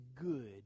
good